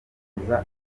mukobwa